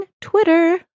Twitter